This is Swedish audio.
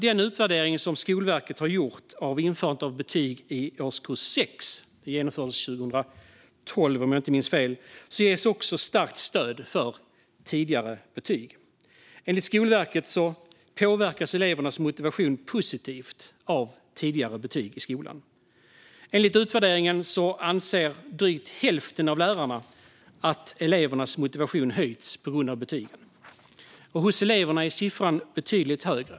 Den utvärdering som Skolverket har gjort av införandet av betyg i årskurs 6 - den genomfördes 2012, om jag inte minns fel - ger också starkt stöd för tidigare betyg. Enligt Skolverket påverkas elevernas motivation positivt av tidigare betyg i skolan. Enligt utvärderingen anser drygt hälften av lärarna att elevernas motivation höjts på grund av betygen. Hos eleverna är siffran betydligt högre.